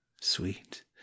sweet